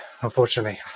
unfortunately